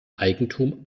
eigentum